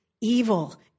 evil